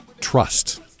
Trust